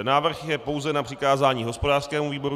Návrh je pouze na přikázání hospodářskému výboru.